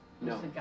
No